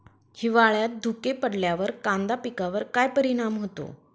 हिवाळ्यात धुके पडल्यावर कांदा पिकावर काय परिणाम होतो?